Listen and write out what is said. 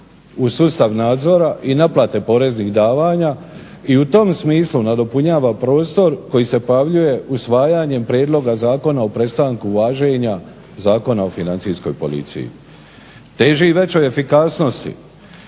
u sustavu nadzora i naplate poreznih davanja i u tom smislu nadopunjava prostor koji se pojavljuje usvajanjem Prijedloga zakona o prestanku važenja Zakona o Financijskoj policiji. Teži i većoj efikasnosti